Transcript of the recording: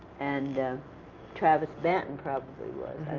and travis banton probably was.